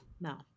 No